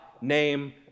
name